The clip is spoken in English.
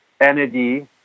energy